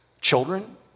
children